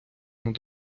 над